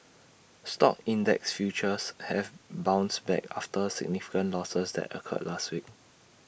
stock index futures have bounced back after significant losses that occurred last week